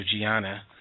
Gianna